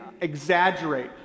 exaggerate